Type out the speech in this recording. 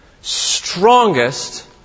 strongest